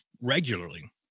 regularly